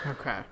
Okay